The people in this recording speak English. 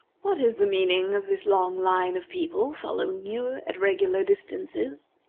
what is the meaning of this long line of people following you at regular distances?